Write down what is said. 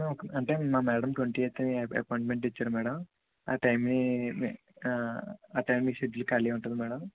అంటే మా madam twentieth appointment ఇచ్చారు మేడం ఆ టైం ఆ టైంకి మీ షెడ్యూల్ ఖాళీ ఉంటుందా మేడం